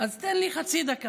אז תן לי חצי דקה.